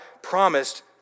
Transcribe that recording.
promised